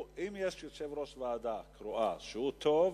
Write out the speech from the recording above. אם יש יושב-ראש ועדה קרואה שהוא טוב,